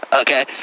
okay